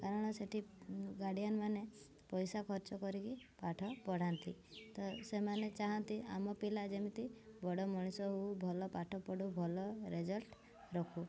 କାରଣ ସେଇଠି ଗାର୍ଡ଼ିଆନ୍ ମାନେ ପଇସା ଖର୍ଚ୍ଚ କରିକି ପାଠ ପଢ଼ାନ୍ତି ତ ସେମାନେ ଚାହାଁନ୍ତି ଆମ ପିଲା ଯେମିତି ବଡ଼ ମଣିଷ ହଉ ଭଲ ପାଠ ପଢ଼ୁ ଭଲ ରେଜଲ୍ଟ ରଖୁ